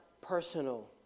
personal